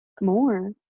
more